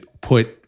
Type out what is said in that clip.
put